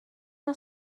mae